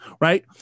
right